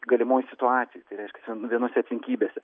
galimoj situacijoj tai reiškias vienose aplinkybėse